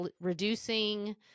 reducing